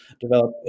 develop